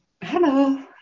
Hello